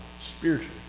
spiritually